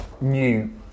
new